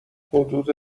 حدود